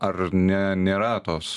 ar ne nėra tos